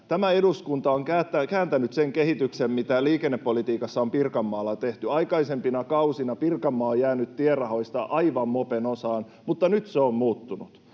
Tämä eduskunta on kääntänyt sen kehityksen, mitä liikennepolitiikassa on Pirkanmaalla tehty. Aikaisempina kausina Pirkanmaa on jäänyt tierahoista aivan mopen osaan, mutta nyt se on muuttunut.